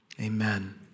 Amen